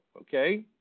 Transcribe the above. okay